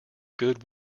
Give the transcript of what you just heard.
good